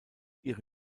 ihre